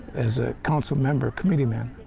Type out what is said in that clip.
as a council member, committeemen.